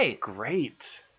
great